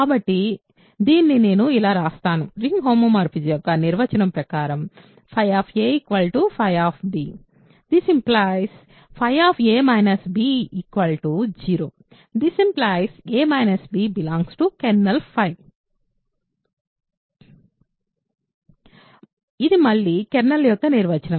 కాబట్టి నేను దీన్ని ఇలా వ్రాస్తాను రింగ్ హోమోమోర్ఫిజం యొక్క నిర్వచనం ప్రకారం 0 a b కెర్నల్ ఇది మళ్లీ కెర్నల్ యొక్క నిర్వచనం